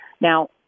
Now